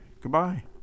Goodbye